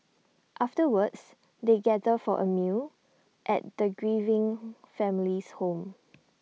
afterwards they gather for A meal at the grieving family's home